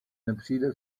nepřijde